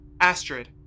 Astrid